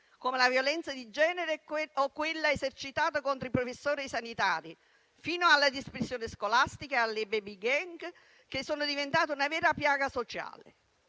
come la violenza di genere o quella esercitata contro i professori e i sanitari, fino alla dispersione scolastica e alle *baby gang*, che sono diventate una vera piaga sociale.